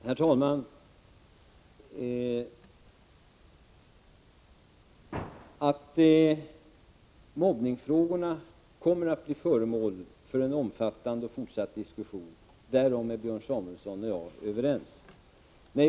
Herr talman! Att mobbningsfrågorna kommer att bli föremål för en omfattande fortsatt diskussion är Björn Samuelson och jag överens om.